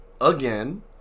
again